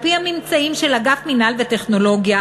על-פי הממצאים של אגף מינהל טכנולוגיות,